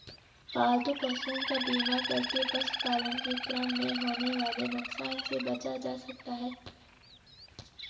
पालतू पशुओं का बीमा करके पशुपालन के क्रम में होने वाले नुकसान से बचा जा सकता है